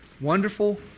wonderful